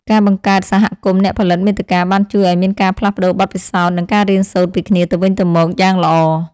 ការបង្កើតសហគមន៍អ្នកផលិតមាតិកាបានជួយឱ្យមានការផ្លាស់ប្តូរបទពិសោធន៍និងការរៀនសូត្រពីគ្នាទៅវិញទៅមកយ៉ាងល្អ។